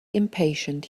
impatient